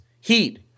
Heat